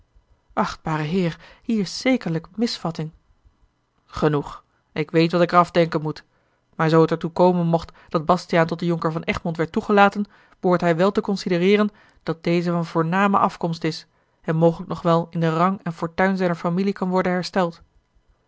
achtbare heer hier is zekerlijk misvatting genoeg ik weet wat ik er af denken moet maar zoo het er toe komen mocht dat bastiaan tot den jonker van egmond werd toegelaten behoort hij wel te considereeren dat deze van voorname afkomst is en mogelijk nog wel in den rang en fortuin zijner familie kan worden hersteld